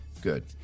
Good